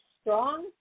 strong